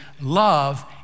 love